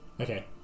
Okay